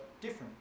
different